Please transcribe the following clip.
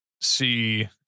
see